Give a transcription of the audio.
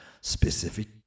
specific